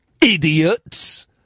idiots